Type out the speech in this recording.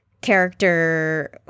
character